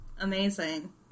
Amazing